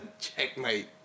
Checkmate